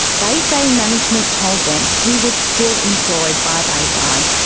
they say management told them he was still employed by bayside.